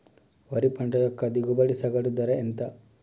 వరి పంట యొక్క దిగుబడి సగటు ధర ఎంత?